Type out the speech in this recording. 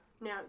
Now